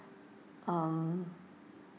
um